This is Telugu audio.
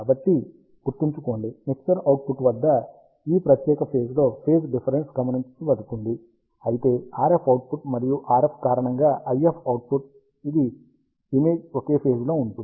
కాబట్టి గుర్తుంచుకోండి మిక్సర్ అవుట్పుట్ వద్ద ఈ ప్రత్యేక ఫేజ్ లో ఫేజ్ డిఫరెన్స్ గమనించబడుతుంది అయితే RF అవుట్పుట్ మరియు RF కారణంగా IF అవుట్పుట్ ఇది ఇమేజ్ ఒకే ఫేజ్ లో ఉంటుంది